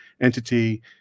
entity